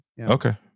okay